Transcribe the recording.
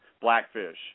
Blackfish